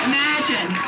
Imagine